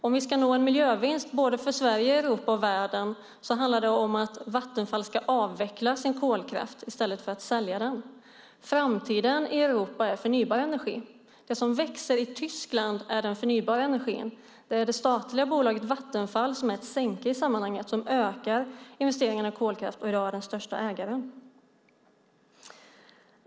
Om vi ska nå en miljövinst för både Sverige, Europa och världen handlar det om att Vattenfall ska avveckla sin kolkraft i stället för att sälja den. Framtiden i Europa är förnybar energi. Det som växer i Tyskland är den förnybara energin. Det är det statliga bolaget Vattenfall som är ett sänke i sammanhanget som ökar investeringarna i kolkraft och i dag är den största ägaren.